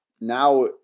now